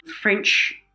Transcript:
French